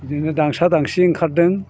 बिदिनो दांसा दांसि ओंखारदों